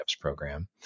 program